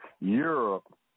Europe